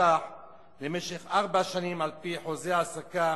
שקלים למשך ארבע שנים על-פי חוזה העסקה